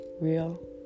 real